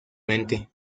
mente